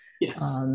Yes